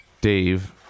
Dave